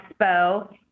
expo